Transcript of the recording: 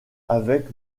avec